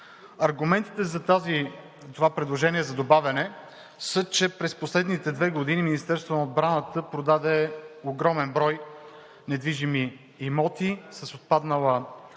Аргументите за това предложение за добавяне са, че през последните две години Министерството на отбраната продаде огромен брой недвижими имоти с отпаднало